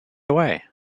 away